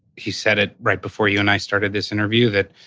he said it right before you and i started this interview, that